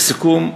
לסיכום,